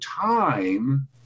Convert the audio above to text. time